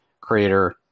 creator